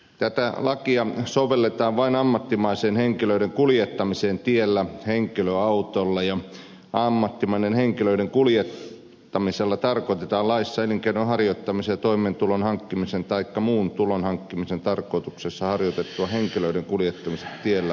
tätä lakia sovelletaan vain ammattimaiseen henkilöiden kuljettamiseen tiellä henkilöautolla ja ammattimaisella henkilöiden kuljettamisella tarkoitetaan laissa elinkeinon harjoittamisen tai toimeentulonhankkimisen taikka muun tulonhankkimisen tarkoituksessa harjoitettua henkilöiden kuljettamista tiellä henkilöautolla korvausta vastaan